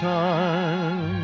time